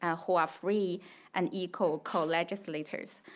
ah who are free and equal co legislators.